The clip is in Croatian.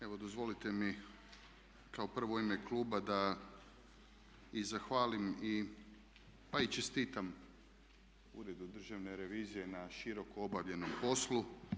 Evo dozvolite mi kao prvo u ime kluba da i zahvalim, pa i čestitam Uredu državne revizije na široko obavljenom poslu.